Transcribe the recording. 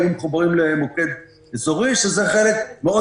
הן יהיו מחוברות למוקד אזורי שזה חלק מאוד